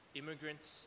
immigrants